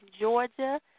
Georgia